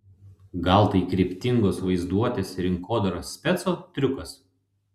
gal tai kryptingos vaizduotės rinkodaros speco triukas